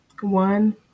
one